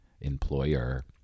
employer